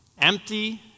empty